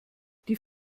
die